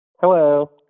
hello